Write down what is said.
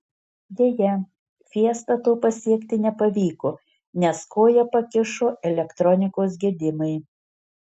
deja fiesta to pasiekti nepavyko nes koją pakišo elektronikos gedimai